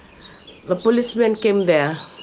the policemen came there.